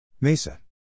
MESA